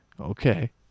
okay